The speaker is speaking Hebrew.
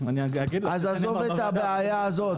עזוב את הבעיה הזאת.